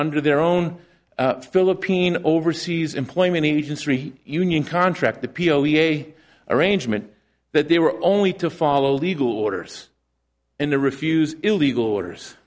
under their own philippine overseas employment agency union contract the p o v a arrangement that they were only to follow legal orders and to refuse illegal orders